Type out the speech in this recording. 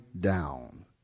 down